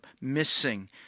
missing